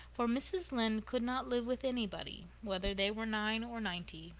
for mrs. lynde could not live with anybody, whether they were nine or ninety,